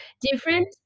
different